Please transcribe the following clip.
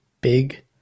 big